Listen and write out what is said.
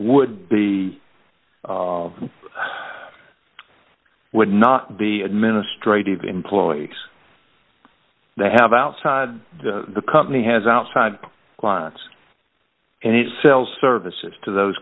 would be would not be administrative employees they have outside the company has outside clients and it sells services to those